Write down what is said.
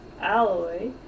alloy